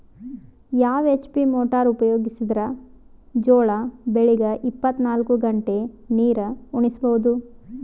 ಯಾವ HP motor ಉಪಯೋಗಿಸಿದರ ಜೋಳ ಬೆಳಿಗ ಇಪ್ಪತ ನಾಲ್ಕು ಗಂಟೆ ನೀರಿ ಉಣಿಸ ಬಹುದು?